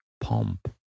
pomp